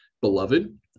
Beloved